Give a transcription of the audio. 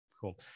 Cool